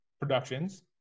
productions